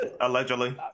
allegedly